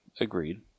Agreed